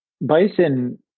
Bison